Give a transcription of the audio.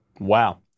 Wow